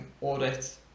audit